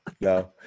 no